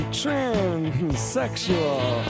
transsexual